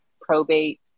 probate